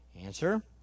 Answer